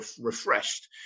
refreshed